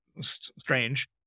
strange